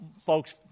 folks